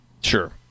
Sure